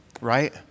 right